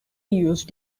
use